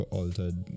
altered